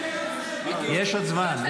יש עוד זמן.